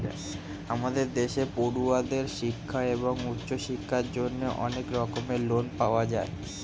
আমাদের দেশে পড়ুয়াদের শিক্ষা এবং উচ্চশিক্ষার জন্য অনেক রকমের লোন পাওয়া যায়